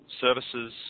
services